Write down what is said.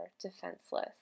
defenseless